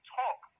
talk